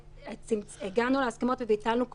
ואני יודעת שהשב"ס נאלצו אפילו להביא ערכות